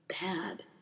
bad